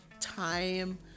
time